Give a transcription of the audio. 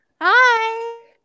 Hi